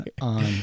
on